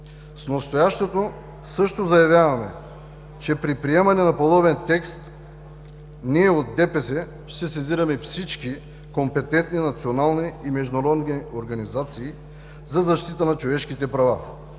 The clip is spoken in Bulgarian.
С настоящето също заявяваме, че при приемане на подобен текст, ние от ДПС ще сезираме всички компетентни, национални и международни организации за защита на човешките права.